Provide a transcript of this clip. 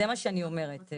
זה מה שאני אומרת.